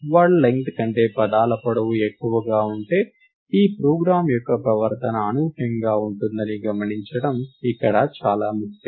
word length కంటే పదాల పొడవు ఎక్కువగా ఉంటే ఈ ప్రోగ్రామ్ యొక్క ప్రవర్తన అనూహ్యంగా ఉంటుందని గమనించడం ఇక్కడ చాలా ముఖ్యం